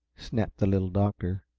snapped the little doctor.